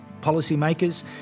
Policymakers